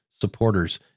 supporters